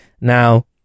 now